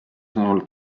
sõnul